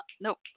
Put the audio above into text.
nope